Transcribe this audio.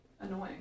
annoying